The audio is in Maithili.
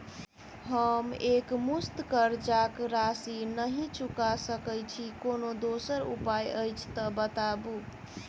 हम एकमुस्त कर्जा कऽ राशि नहि चुका सकय छी, कोनो दोसर उपाय अछि तऽ बताबु?